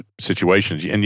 situations